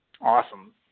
Awesome